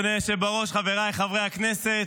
אדוני היושב בראש, חבריי חברי הכנסת,